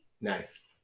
Nice